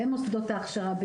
במוסדות ההכשרה,